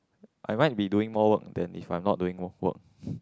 I might be doing more work than if I not doing more work